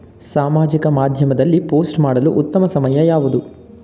ಸಾಮಾಜಿಕ ಮಾಧ್ಯಮದಲ್ಲಿ ಪೋಸ್ಟ್ ಮಾಡಲು ಉತ್ತಮ ಸಮಯ ಯಾವುದು?